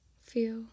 feel